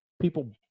people